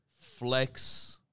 flex